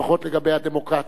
לפחות לגבי הדמוקרטיה.